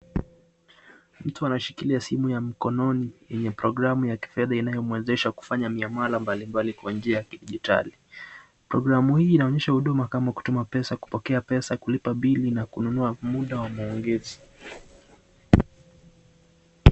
Mtu anashikilia simu ya mkononi yenye programu ya kifedha inayomwezesha kufanya miamala mbali mbali kwa njia ya kidigitali, programu hii inaonyesha huduma kama kutuma, kupoekea pesa, kulipa bili na kununua muda wa maongezi.